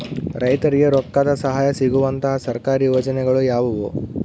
ರೈತರಿಗೆ ರೊಕ್ಕದ ಸಹಾಯ ಸಿಗುವಂತಹ ಸರ್ಕಾರಿ ಯೋಜನೆಗಳು ಯಾವುವು?